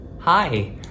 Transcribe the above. Hi